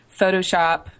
Photoshop